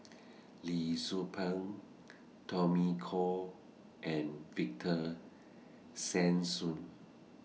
Lee Tzu Pheng Tommy Koh and Victor Sassoon